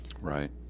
Right